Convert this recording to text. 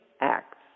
acts